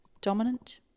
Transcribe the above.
dominant